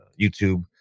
YouTube